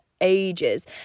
ages